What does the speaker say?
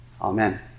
Amen